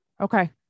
okay